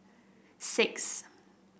six